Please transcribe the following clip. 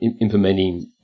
implementing